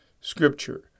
Scripture